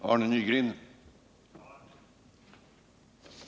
Herr talman!